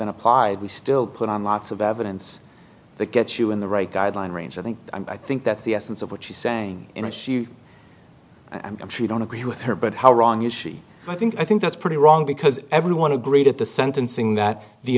been applied we still put on lots of evidence that gets you in the right guideline range i think i think that's the essence of what she's saying in a she i'm sure you don't agree with her but how wrong i think i think that's pretty wrong because everyone agreed at the sentencing that the